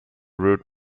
root